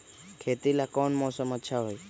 खेती ला कौन मौसम अच्छा होई?